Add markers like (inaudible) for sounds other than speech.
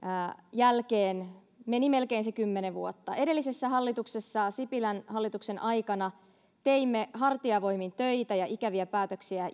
jälkeen meni melkein se kymmenen vuotta edellisessä hallituksessa sipilän hallituksen aikana teimme hartiavoimin töitä ja ikäviä päätöksiä (unintelligible)